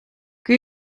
kan